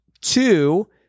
Two